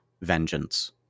vengeance